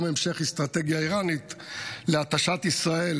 גם המשך אסטרטגיה איראנית להתשת ישראל